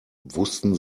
wussten